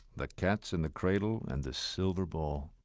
the cat's in the cradle and the silver ball.